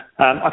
Okay